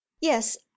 yes